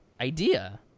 idea